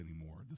anymore